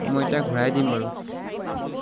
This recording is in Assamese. মই এতিয়া ঘূৰাই দিম বাৰু